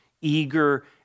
eager